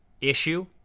issue